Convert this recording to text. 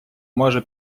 може